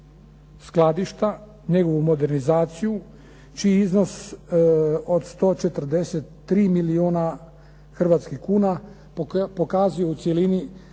skladišta, njegovu modernizaciju, čiji iznos od 143 milijuna hrvatskih kuna pokazuje u cjelini